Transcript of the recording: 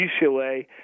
UCLA